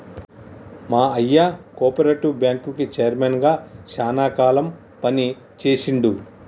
మా అయ్య కోపరేటివ్ బ్యాంకుకి చైర్మన్ గా శానా కాలం పని చేశిండు